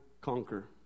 conquer